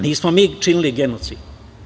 Nismo mi činili genocid.